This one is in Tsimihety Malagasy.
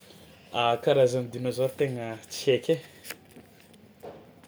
A karazany dinôzôro tegna tsy haiky e.